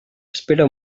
espera